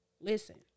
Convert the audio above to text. listen